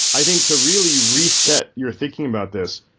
i think to really reset your thinking about this,